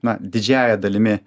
na didžiąja dalimi